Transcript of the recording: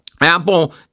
Apple